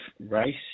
race